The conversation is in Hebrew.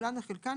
כולן או חלקן,